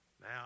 now